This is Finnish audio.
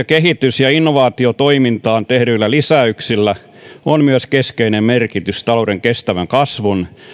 kehitys ja innovaatiotoimintaan tehdyillä lisäyksillä on myös keskeinen merkitys talouden kestävän kasvun